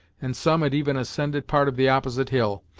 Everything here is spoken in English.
and some had even ascended part of the opposite hill,